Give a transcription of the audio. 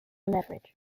leverage